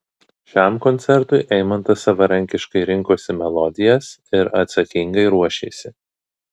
šiam koncertui eimantas savarankiškai rinkosi melodijas ir atsakingai ruošėsi